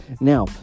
now